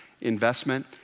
investment